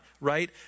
right